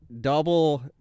double